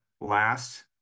last